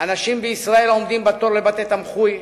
אנשים בישראל עומדים בתור לבתי-תמחוי.